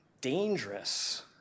dangerous